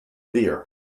beer